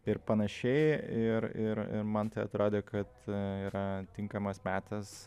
ir panašiai ir ir ir man tai atrodė kad yra tinkamas metas